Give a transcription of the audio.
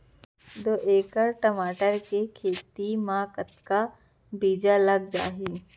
दू एकड़ टमाटर के खेती मा कतका बीजा लग जाही?